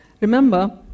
Remember